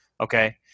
okay